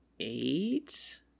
eight